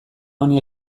honi